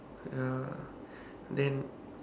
ya then